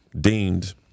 deemed